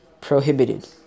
prohibited